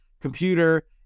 computer